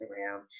Instagram